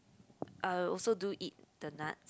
uh I also do eat the nuts